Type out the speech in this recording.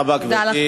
תודה רבה, גברתי.